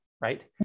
Right